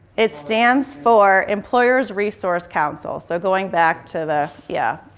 it stands for employers resource council, so going back to the yeah,